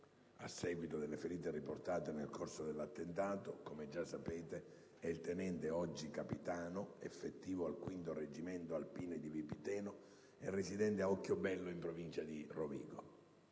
a seguito delle ferite riportate nel corso dell'attentato, come già sapete, è il tenente, oggi capitano, effettivo al 5° Reggimento alpini di Vipiteno, e residente a Occhiobello, in Provincia di Rovigo.